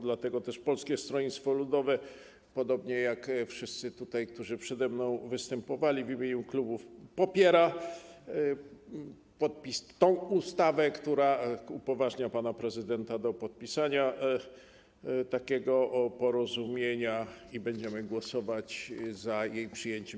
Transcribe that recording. Dlatego też Polskie Stronnictwo Ludowe, podobnie jak wszyscy tutaj, którzy przede mną występowali w imieniu klubów, popiera tę ustawę, która upoważnia pana prezydenta do podpisania takiego porozumienia, i będziemy głosować za jej przyjęciem.